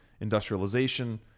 industrialization